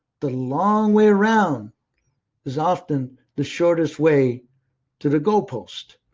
the long way around is often the shortest way to the goalpost.